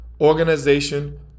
organization